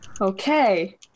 okay